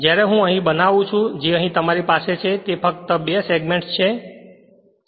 જ્યારે હું અહી બનાવું છું જે અહી તમારી પાસે છે તે ફક્ત બે સેગમેન્ટ્સછે